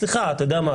סליחה, אתה יודע מה?